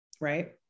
Right